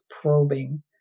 probing